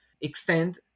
extend